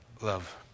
love